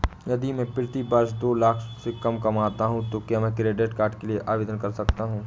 यदि मैं प्रति वर्ष दो लाख से कम कमाता हूँ तो क्या मैं क्रेडिट कार्ड के लिए आवेदन कर सकता हूँ?